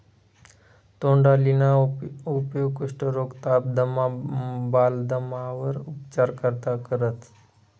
तोंडलीना उपेग कुष्ठरोग, ताप, दमा, बालदमावर उपचार करता करतंस